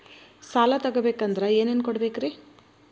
ಸಾಲ ತೊಗೋಬೇಕಂದ್ರ ಏನೇನ್ ಕೊಡಬೇಕ್ರಿ?